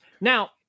Now